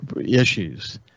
issues